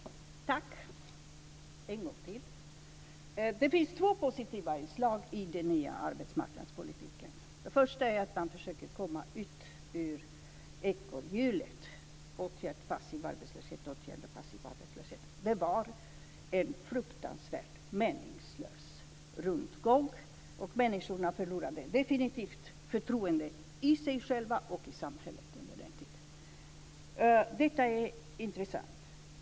Fru talman! Tack, en gång till! Det finns två positiva inslag i den nya arbetsmarknadspolitiken. Det första är att man försöker komma ut ur ekorrhjulet - åtgärd, passiv arbetslöshet, åtgärd, passiv arbetslöshet. Det var en fruktansvärt meningslös rundgång, och människorna förlorade definitivt förtroendet för sig själva och för samhället under den tiden. Detta är intressant.